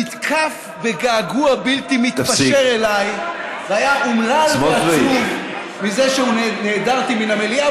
נתקף בגעגוע בלתי מתפשר אליי והיה אומלל ועצוב מזה שנעדרתי מהמליאה,